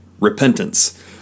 repentance